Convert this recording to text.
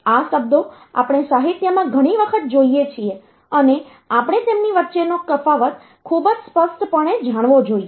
આ શબ્દો આપણે સાહિત્યમાં ઘણી વખત જોઈએ છીએ અને આપણે તેમની વચ્ચેનો તફાવત ખૂબ જ સ્પષ્ટપણે જાણવો જોઈએ